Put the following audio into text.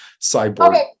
cyber